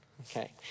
okay